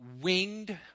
winged